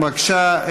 בבקשה,